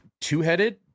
two-headed